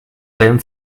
lernt